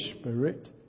Spirit